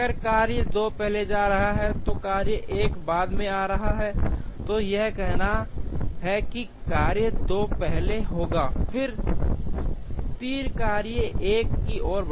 अगर कार्य 2 पहले जा रहा है और कार्य 1 बाद में आ रहा है तो यह कहना है कि कार्य 2 पहले होगा फिर तीर कार्य 1 की ओर बढ़ेगा और फिर यह आगे बढ़ेगा